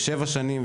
שבע שנים,